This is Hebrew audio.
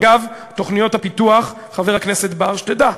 אגב תוכניות הפיתוח, חבר הכנסת בר, שתדע,